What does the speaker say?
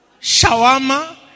shawarma